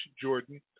Jordan